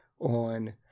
on